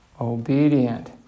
obedient